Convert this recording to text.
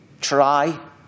try